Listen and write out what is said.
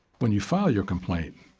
when you file your complaint,